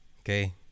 okay